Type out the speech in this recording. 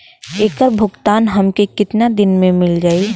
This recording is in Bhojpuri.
ऐकर भुगतान हमके कितना दिन में मील जाई?